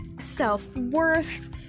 self-worth